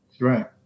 Right